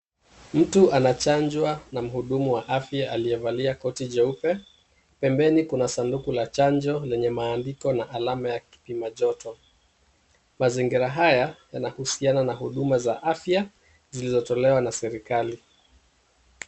Mtu anachanjwa na mhudumu wa afya aliyevalia koti jeupe. Pembeni kuna sanduku ya chanjo lenye maandishi na alama ya kipima joto. Mazingira haya yanahusiana na huduma za afya zilizotolewa na serikali.